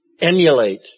emulate